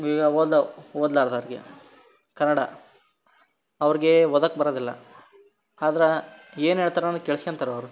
ಈಗ ಓದ್ಲವು ಓದ್ಲಾರ್ದವ್ರಿಗೆ ಕನ್ನಡ ಅವ್ರಿಗೆ ಓದೋಕ್ ಬರೋದಿಲ್ಲ ಆದ್ರೆ ಏನು ಹೇಳ್ತಾರ್ ಅನ್ನೋದು ಕೇಳಿಸ್ಕೋತಾರ್ ಅವರು